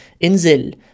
inzil